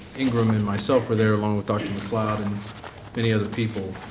ingram, and myself were there along with dr. mccloud and many other people.